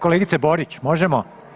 Kolegice Borić možemo?